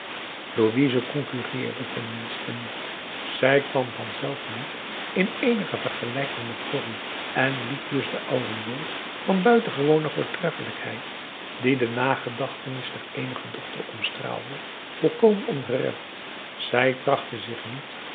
louise concurreerde ten minste niet zij kwam vanzelf niet in eenige vergelijking met corrie en liet dus de aureool van buitengewone voortreffelijkheid die de nagedachtenis der eenige dochter omstraalde volkomen ongerept zij trachtte zich niet